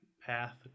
path